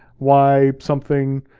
why something.